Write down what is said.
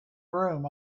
room